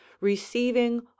receiving